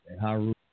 Haru